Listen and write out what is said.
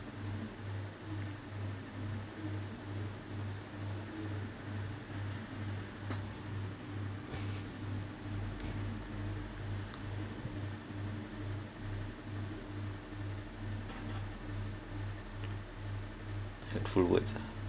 hurtful words ah